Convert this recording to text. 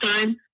time